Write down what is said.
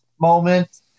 moment